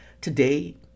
Today